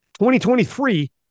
2023